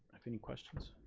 have any questions?